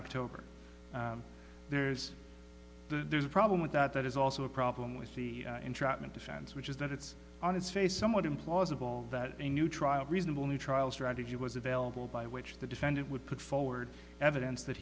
october there's the problem with that that is also a problem with the entrapment defense which is that it's on its face somewhat implausible that a new trial reasonable new trial strategy was available by which the defendant would put forward evidence that